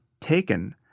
taken